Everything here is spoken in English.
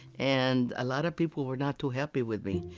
and a lot of people were not too happy with me.